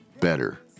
better